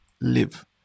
live